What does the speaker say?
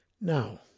Now